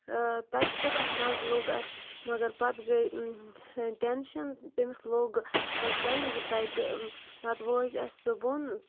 تَتہِ کوٗتاہ مَزٕ لوٚگ اَسہِ مَگر پَتہٕ گٔے ٹٮ۪نشَن تٔمِس لوٚگ زَنٛگہِ تَتہِ پَتہٕ وٲج اَسہِ سُہ بۄن